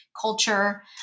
culture